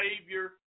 Savior